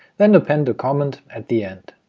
then append the comment at the end.